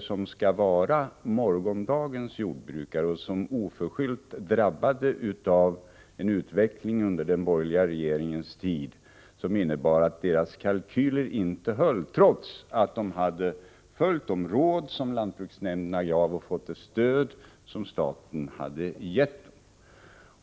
som skall vara morgondagens jordbrukare och som är oförskyllt drabbade av en utveckling under den borgerliga regeringstiden, innebärande att deras kalkyler inte höll trots att de hade följt de råd lantbruksnämnderna hade givit och trots att de hade fått stöd från staten.